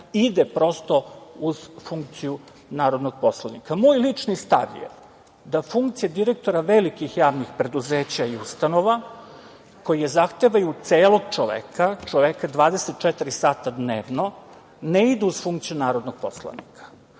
ide prosto uz funkciju narodnog poslanika. Moj lični stav je da funkcije direktora velikih javnih preduzeća i ustanova, koji zahtevaju celog čoveka, čoveka 24 sata dnevno, ne idu uz funkciju narodnog poslanika.